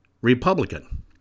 Republican